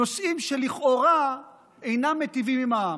נושאים שלכאורה אינם מיטיבים עם העם.